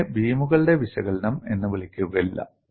ഇതിനെ ബീമുകളുടെ വിശകലനം എന്ന് വിളിക്കില്ല